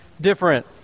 different